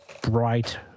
bright